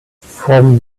from